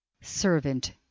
servant